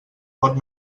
pot